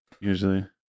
usually